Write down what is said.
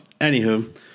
anywho